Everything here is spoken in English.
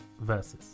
Versus